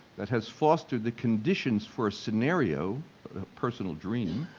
that has fostered the conditions for a scenario, a personal dream,